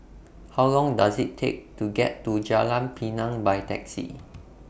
How Long Does IT Take to get to Jalan Pinang By Taxi